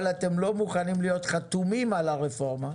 אבל אתם לא מוכנים להיות חתומים על הרפורמה,